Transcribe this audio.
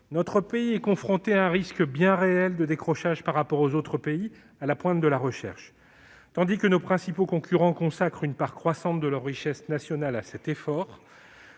notre pays est confronté à un risque bien réel de décrochage par rapport aux autres pays qui sont à la pointe de la recherche. Tandis que nos principaux concurrents consacrent une part croissante de leur richesse nationale à cet effort,